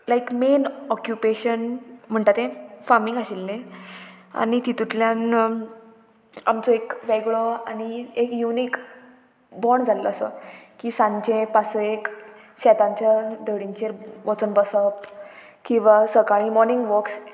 लायक main occupation म्हणटा तें farming आशिल्लें आनी तितूंतल्यान आमचो एक वेगळो आनी एक युनीक बोंड जाल्लो आसा की सांजे पासयेक शेतांच्या धडींचेर वचोन बसप किंवां सकाळीं मॉर्निंग वॉक्स